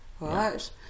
right